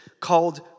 Called